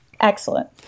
Excellent